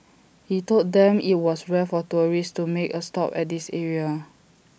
he told them that IT was rare for tourists to make A stop at this area